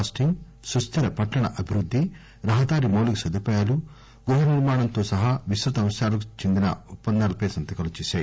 casting సుస్దిర పట్టణ అభివృద్ది రహదారి మౌలిక సదుపాయాలు గృహ నిర్మాణంతో సహా విస్తృత అంశాలకు చెందిన ఒప్పందాలపై సంతకాలు చేశాయి